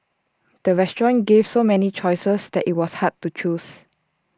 the restaurant gave so many choices that IT was hard to choose